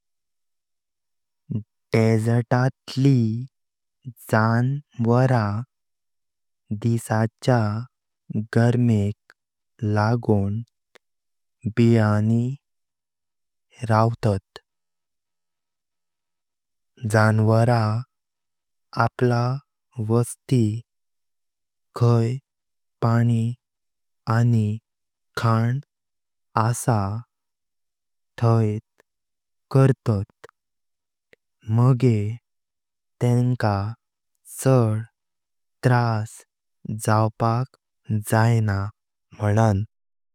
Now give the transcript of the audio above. डेजर्टलि जनावर दिसाचा गर्मेक लागों बिल्लानी रवतात। जनावर आपला वस्ती खाइ पानी आनी खान असा थाईत करतात मगे तेंका चड त्रास जावपाक जैंना मानां।